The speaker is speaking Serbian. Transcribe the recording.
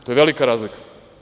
To je velika razlika.